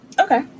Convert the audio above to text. Okay